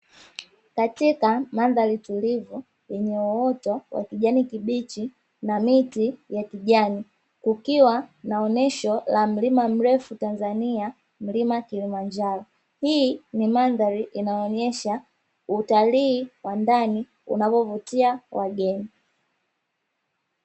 Katika mandhari tulivu yenye uoto wa kijani kibichi na miti ya kijani, kukiwa na onyesho la mlima mrefu Tanzania, mlima Kilimanjaro hii ni mandhari inayoonyesha utalii wa ndani unaovutia wageni.